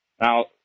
Now